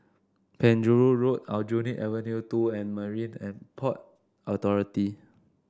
Penjuru Road Aljunied Avenue Two and Marine And Port Authority